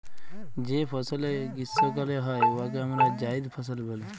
যে ফসলে গীষ্মকালে হ্যয় উয়াকে আমরা জাইদ ফসল ব্যলি